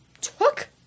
took